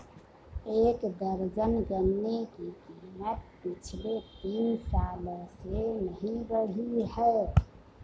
एक दर्जन गन्ने की कीमत पिछले तीन सालों से नही बढ़ी है